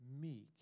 meek